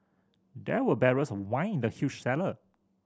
there were barrels of wine in the huge cellar